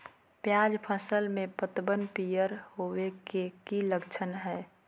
प्याज फसल में पतबन पियर होवे के की लक्षण हय?